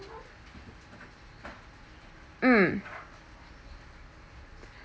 mm